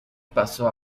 pasó